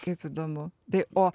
kaip įdomu tai o